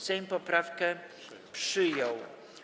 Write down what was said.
Sejm poprawkę przyjął.